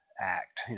act